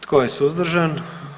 Tko je suzdržan?